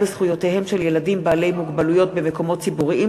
בזכויותיהם של ילדים עם מוגבלות במקומות ציבוריים,